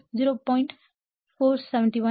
எனவே 0